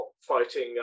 fighting